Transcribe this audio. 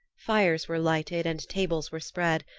fires were lighted and tables were spread,